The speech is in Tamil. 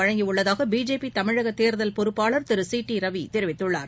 வழங்கியுள்ளதாகபிஜேபிதமிழகதேர்தல் பொறுப்பாளர் திருசி டி ரவிதெரிவித்துள்ளார்